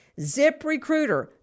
ZipRecruiter